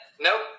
Nope